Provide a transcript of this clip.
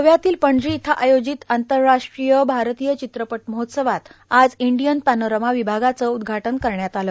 गोव्यातील पणजी इथं आयोजित आंतरराष्ट्रीय भारतीय चित्रपट महोत्सवात आज इंडियन पॅनोरमा विभागाचं उद्घाटन करण्यात आलं